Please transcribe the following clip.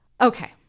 Okay